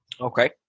Okay